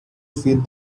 feed